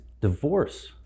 divorce